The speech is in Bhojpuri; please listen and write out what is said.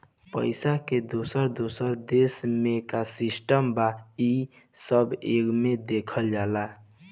पइसा के दोसर दोसर देश मे का सिस्टम बा, ई सब एमे देखल जाला